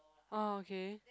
oh okay